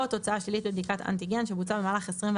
או תוצאה שלילית בבדיקת אנטיגן שבוצעה במהלך 24